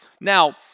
Now